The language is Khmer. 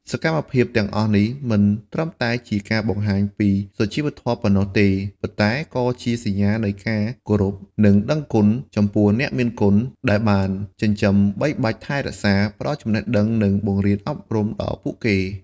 សកម្មភាពទាំងអស់នេះមិនត្រឹមតែជាការបង្ហាញពីសុជីវធម៌ប៉ុណ្ណោះទេ ប៉ុន្តែក៏ជាសញ្ញាណនៃការ គោរព និងដឹងគុណ ចំពោះអ្នកមានគុណ ដែលបានចិញ្ចឹមបីបាច់ថែរក្សា ផ្ដល់ចំណេះដឹង និងបង្រៀនអប់រំដល់ពួកគេ។